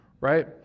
Right